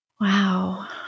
Wow